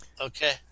okay